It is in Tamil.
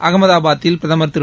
அகமதாபாத்தில் பிரதமர் திரு